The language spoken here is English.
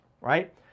right